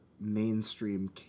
mainstream